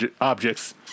objects